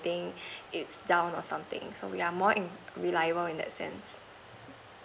it's down or something so we are more in reliable in that sense